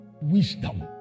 Wisdom